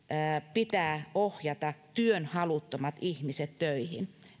pitää ohjata työhaluttomat ihmiset töihin